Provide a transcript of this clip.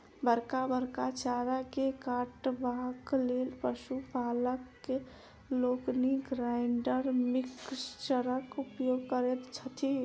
बड़का बड़का चारा के काटबाक लेल पशु पालक लोकनि ग्राइंडर मिक्सरक उपयोग करैत छथि